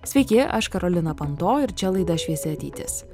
sveiki aš karolina panto ir čia laida šviesi ateitis